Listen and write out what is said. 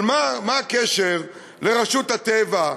אבל מה הקשר לרשות הטבע?